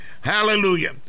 Hallelujah